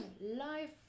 life